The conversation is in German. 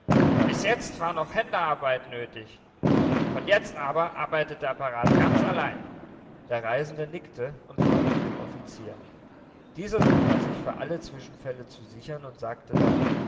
bis jetzt war noch händearbeit nötig von jetzt aber arbeitet der apparat ganz allein der reisende nickte und folgte dem offizier dieser suchte sich für alle zwischenfälle zu sichern und sagte dann